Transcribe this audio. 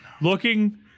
looking